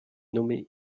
nommé